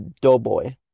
Doughboy